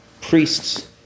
priests